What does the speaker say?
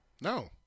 No